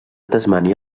tasmània